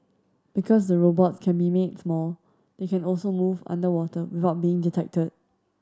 because the robots can be made small they can also move underwater without being detected